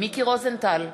מיקי רוזנטל,